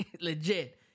legit